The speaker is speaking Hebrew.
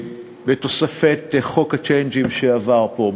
בתוספת חוק הצ'יינג'ים שעבר פה,